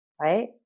right